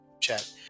chat